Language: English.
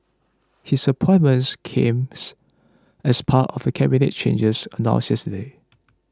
his appointment comes as part of Cabinet changes announced yesterday